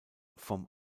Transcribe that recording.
vom